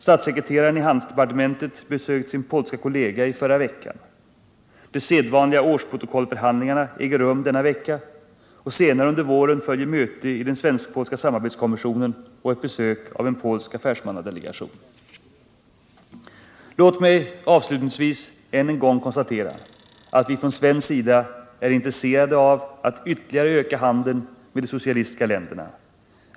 Statssekreteraren i handelsdepartementet besökte sin polska kollega i förra veckan. De sedvanliga årsprotokollsförhandlingarna äger rum denna vecka, och senare under våren följer möte i den svensk-polska samarbetskommissionen och ett besök av en polsk affärsmannadelegation. Låt mig avslutningsvis än en gång konstatera att vi från svensk sida är intresserade av att ytterligare öka handeln med de socialistiska länderna.